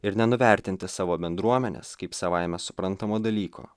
ir nenuvertinti savo bendruomenės kaip savaime suprantamo dalyko